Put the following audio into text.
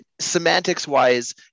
semantics-wise